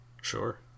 Sure